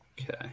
Okay